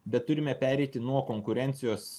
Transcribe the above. bet turime pereiti nuo konkurencijos